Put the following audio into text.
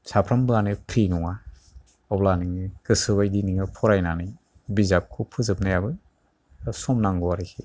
साफ्रामबो आनो फ्रि नङा अब्ला नोङो गोसो बायदि नोङो फरायनानै बिजाबखौ फोजोबनायाबो सम नांगौ आरोखि